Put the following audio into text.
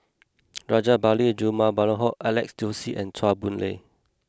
Rajabali Jumabhoy Alex Josey and Chua Boon Lay